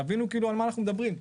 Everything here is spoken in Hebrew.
תבינו על מה אני מדבר.